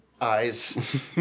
eyes